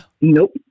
nope